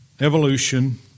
evolution